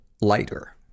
lighter